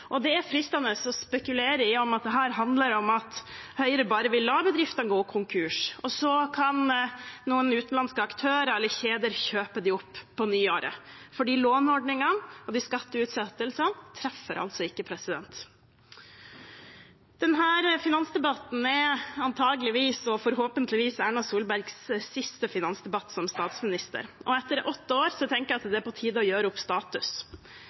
Det er fristende å spekulere i om dette handler om at Høyre bare vil la bedrifter gå konkurs, og så kan noen utenlandske aktører eller kjeder kjøpe dem opp på nyåret, for låneordningene og skatteutsettelsene treffer altså ikke. Denne finansdebatten er antakeligvis og forhåpentligvis Erna Solbergs siste finansdebatt som statsminister, og etter åtte år tenker jeg at det er på tide å gjøre opp status.